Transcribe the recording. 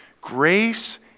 grace